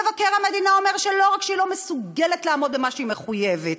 מבקר המדינה אומר שלא רק שהיא לא מסוגלת לעמוד במה שהיא מחויבת,